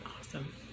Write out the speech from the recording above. awesome